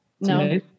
No